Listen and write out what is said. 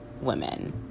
women